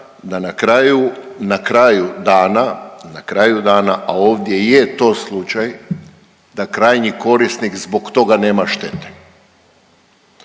dana, na kraju dana, a ovdje i je to slučaj da krajnji korisnik zbog toga nema štete.